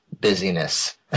busyness